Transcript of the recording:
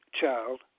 child